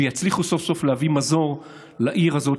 ויצליחו סוף-סוף להביא מזור לעיר הזאת,